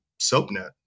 SoapNet